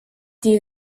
die